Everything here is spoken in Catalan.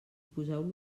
poseu